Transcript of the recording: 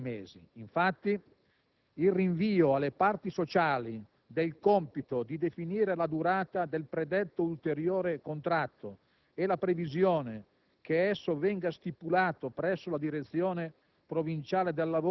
una volta superato il limite di trentasei mesi. Infatti, il rinvio alle parti sociali del compito di definire la durata del predetto ulteriore contratto e la previsione